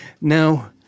Now